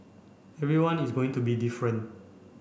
everyone is going to be different